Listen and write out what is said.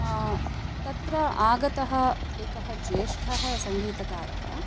तत्र आगतः एकः ज्येष्ठः सङ्गीतकारः